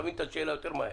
תבין את השאלה יותר מהר.